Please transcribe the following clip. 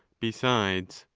besides,